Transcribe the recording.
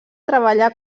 treballà